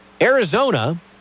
Arizona